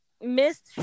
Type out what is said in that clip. Miss